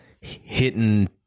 hitting